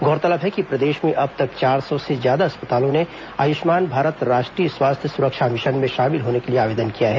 गौरतलब है कि प्रदेश में अब तक चार सौ से ज्यादा अस्पतालों ने आयुष्मान भारत राष्ट्रीय स्वास्थ्य सुरक्षा मिशन में शामिल होने के लिए आवेदन किया है